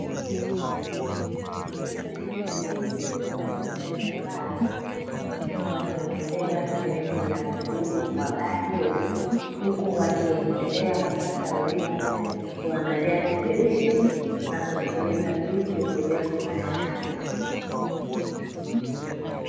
Wateja wawili walio ndani ya baa, wakiwa wanaongezewa vinywaji na mhudumu wa baa hiyo, huku wakiendelea kupata huduma ya kuangalia televisheni na kusikiliza muziki ulioko mahali hapo.